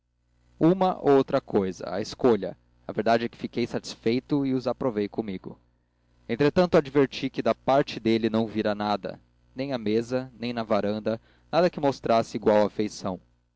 outra cousa à escolha a verdade é que fiquei satisfeito e os aprovei comigo entretanto adverti que da parte dele não vira nada nem à mesa nem na varanda nada que mostrasse igual afeição